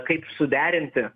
kaip suderinti